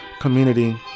community